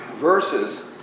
verses